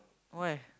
why